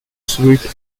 sweet